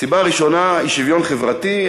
סיבה ראשונה היא שוויון חברתי,